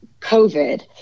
COVID